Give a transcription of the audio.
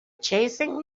chasing